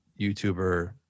YouTuber